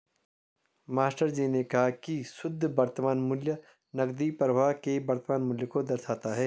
मास्टरजी ने कहा की शुद्ध वर्तमान मूल्य नकदी प्रवाह के वर्तमान मूल्य को दर्शाता है